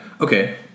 Okay